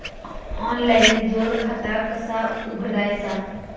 Online जोड खाता कसा उघडायचा?